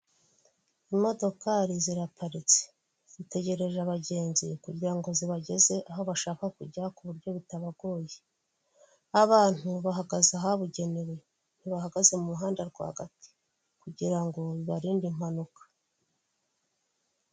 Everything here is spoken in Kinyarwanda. Imodokari ziraparitse zitegereje abagenzi kugira ngo zibageze aho bashaka kujya ku buryo bu bitabagoye, abantu bahagaze ahabugenewe ntibahagaze mu muhanda rwagati kugira ngo bibarinde impanuka.